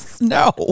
No